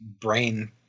brain